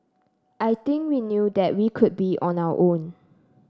I think we knew that we could be on our own